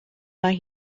mae